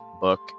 book